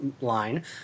line